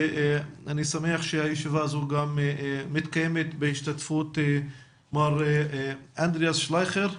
אני שמח שהישיבה הזאת מתקיימת בהשתתפות מר אנדריאס שלייכר,